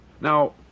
Now